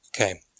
Okay